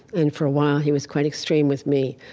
and for a while, he was quite extreme with me.